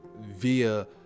via